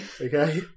Okay